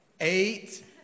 Eight